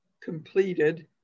completed